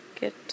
get